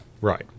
right